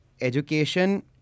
education